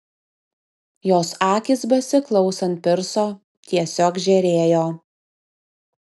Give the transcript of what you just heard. jos akys besiklausant pirso tiesiog žėrėjo